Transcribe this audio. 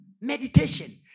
meditation